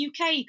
uk